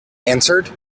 answered